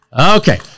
Okay